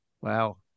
wow